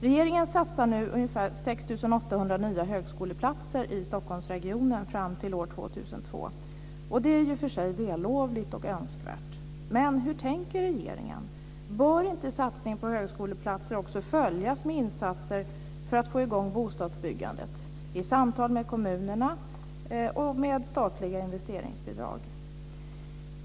Regeringen gör nu en satsning på ungefär 6 800 2002. Det är i och för sig vällovligt och önskvärt. Men hur tänker regeringen? Bör inte satsningen på högskoleplatser också följas av insatser för att få i gång bostadsbyggandet, i samtal med kommunerna och med statliga investeringsbidrag?